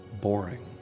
boring